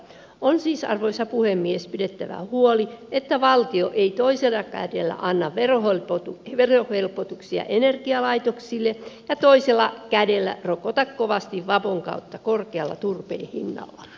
on siis arvoisa puhemies pidettävä huoli että valtio ei toisella kädellä anna verohelpotuksia energialaitoksille ja toisella kädellä rokota kovasti vapon kautta korkealla turpeen hinnalla